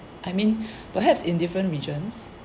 I mean perhaps in different regions